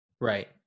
Right